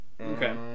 Okay